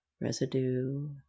residue